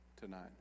tonight